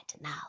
now